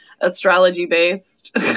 astrology-based